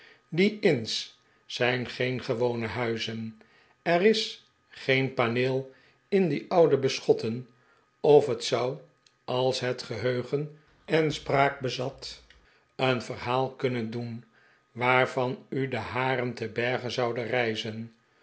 inns zijn geen gewone huizen er is geen paneel in die oude beschotten of het zou als het geheugen en spraak bezat een verhaal kunnen doen waarvan u de haren te berge zouden rijzen